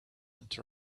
into